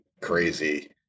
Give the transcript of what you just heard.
crazy